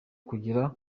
kugera